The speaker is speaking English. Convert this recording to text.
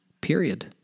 period